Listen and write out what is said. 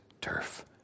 turf